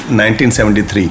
1973